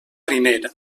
riner